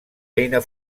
eina